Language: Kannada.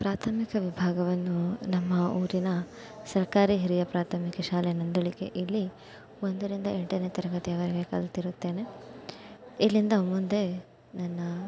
ಪ್ರಾಥಮಿಕ ವಿಭಾಗವನ್ನು ನಮ್ಮ ಊರಿನ ಸರ್ಕಾರಿ ಹಿರಿಯ ಪ್ರಾಥಮಿಕ ಶಾಲೆ ನಂದಳಿಕೆ ಇಲ್ಲಿ ಒಂದರಿಂದ ಎಂಟನೇ ತರಗತಿಯವರೆಗೆ ಕಲಿತಿರುತ್ತೇನೆ ಇಲ್ಲಿಂದ ಮುಂದೆ ನನ್ನ